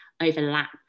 overlap